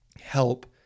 help